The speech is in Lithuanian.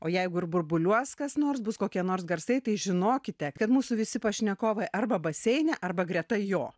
o jeigu ir burbuliuos kas nors bus kokie nors garsai tai žinokite kad mūsų visi pašnekovai arba baseine arba greta jo